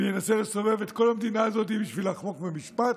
וינסה לסובב את כל המדינה הזאת בשביל לחמוק ממשפט?